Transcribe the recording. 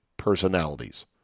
Personalities